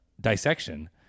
dissection